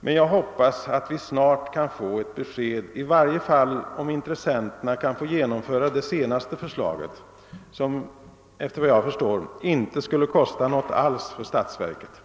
men jag hoppas att vi snart kan få ett besked, i varje fall om intressenterna kan få genomföra det senaste förslaget som, efter vad jag förstår, inte skulle kosta någonting alls för statsverket.